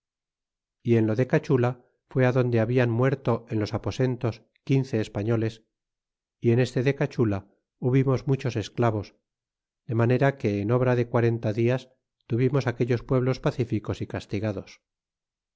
y en lo de cachula fué adonde hablan muerto en los aposentos quince españoles y en este de cachula hubimos muchos esclavos de manera que en obra de quarenta dias tuvimos aquellos pueblos pacíficos y castigados